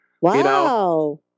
Wow